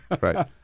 right